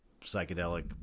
psychedelic